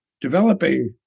developing